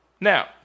Now